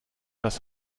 das